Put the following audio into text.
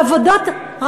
בעבודות,